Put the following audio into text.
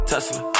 Tesla